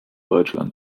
deutschland